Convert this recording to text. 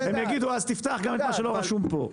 הם יגידו אז תפתח גם את מה שלא רשום פה.